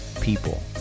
people